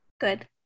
Good